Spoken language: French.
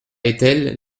etel